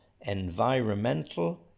environmental